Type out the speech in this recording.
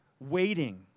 waiting